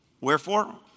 Wherefore